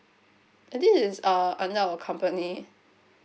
this is uh under our company